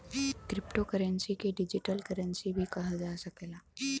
crypto currency के digital currency भी कहल जा सकला